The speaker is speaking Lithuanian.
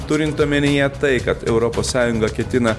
turint omenyje tai kad europos sąjunga ketina